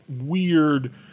weird